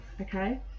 okay